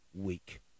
week